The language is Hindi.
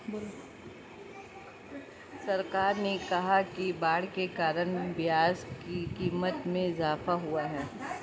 सरकार ने कहा कि बाढ़ के कारण प्याज़ की क़ीमत में इजाफ़ा हुआ है